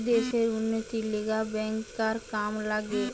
দ্যাশের উন্নতির লিগে ব্যাংকার কাম লাগে